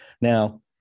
Now